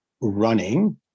running